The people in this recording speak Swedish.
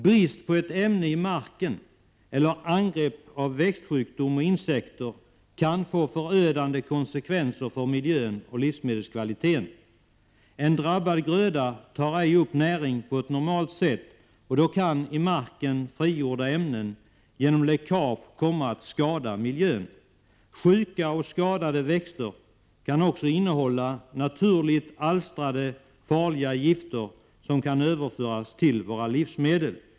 Brist på ett ämne i marken eller angrepp av växtsjukdom och insekter kan få förödande konsekvenser för miljön och livskvaliteten. En drabbad gröda tar ej upp näring på normalt sätt, och då kan i marken frigjorda ämnen genom läckage komma att skada miljön. Sjuka och skadade växter kan också innehålla naturligt alstrade, farliga gifter, som kan överföras till våra livsmedel.